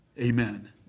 Amen